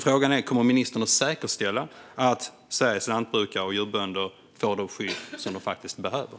Frågan är: Kommer ministern att säkerställa att Sveriges lantbrukare och djurbönder får det skydd de behöver?